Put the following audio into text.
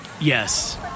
yes